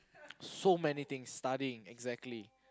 so many things studying exactly